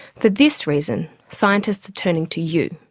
for this reason, scientists are turning to you,